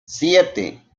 siete